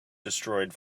destroyed